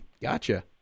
Gotcha